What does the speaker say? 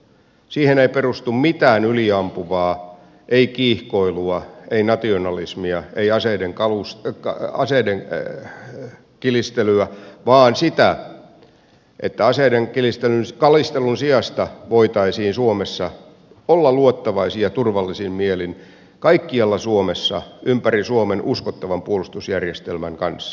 siihen ei liity mitään yliampuvaa ei kiihkoilua ei nationalismia ei aseiden kalistelua vaan sitä että aseiden kalistelun sijasta voitaisiin olla luottavaisia ja turvallisin mielin kaikkialla suomessa ympäri suomen uskottavan puolustusjärjestelmän kanssa